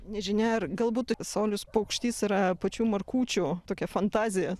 nežinia ar galbūt saulius paukštys yra pačių markučių tokia fantazija